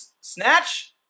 snatch